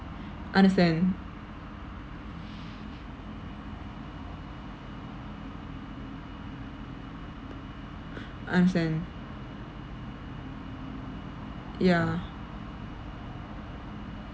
understand understand ya